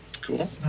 Cool